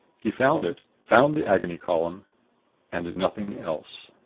he found it, found the agony column and nothing else.